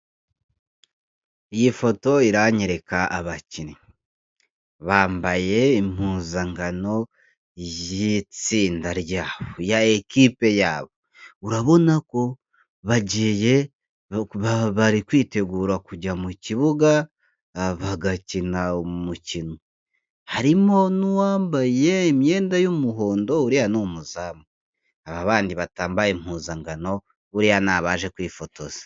Iyi foto iranyereka abakinnyi. Bambaye impuzankano y'itsinda ryayo, ya ikipe yabo urabona ko bagiye bari kwitegura kujya mu kibuga bagakina umukino. Harimo n'uwambaye imyenda y'umuhondo uriya ni umuzamu abandi batambaye impuzankano buriya ni abaje kwifotoza.